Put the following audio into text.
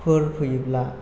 फोर फैयोब्ला